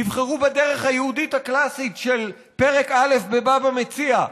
יבחרו בדרך היהודית הקלאסית של פרק א' בבבא מציעא,